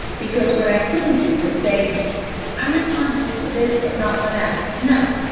because what i couldn't do was say i'm responsible for this, but not for that. no.